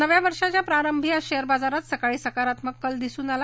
नव्या वर्षाच्या प्रारंभी आज शेअर बाजारात सकाळी सकारात्मक कल दिसून आला